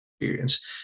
experience